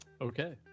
Okay